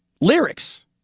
lyrics